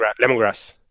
lemongrass